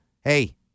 hey